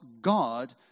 God